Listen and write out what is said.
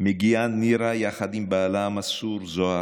מגיעה נירה, יחד עם בעלה המסור זהר,